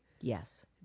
Yes